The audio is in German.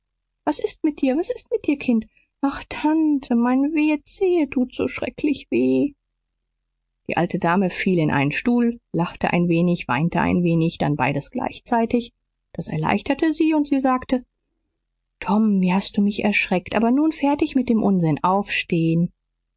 was ist mit dir was ist mit dir kind ach tante meine wehe zehe tut so schrecklich weh die alte dame fiel in einen stuhl lachte ein wenig weinte ein wenig dann beides gleichzeitig das erleichterte sie und sie sagte tom wie hast du mich erschreckt aber nun fertig mit dem unsinn aufstehen